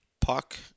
Puck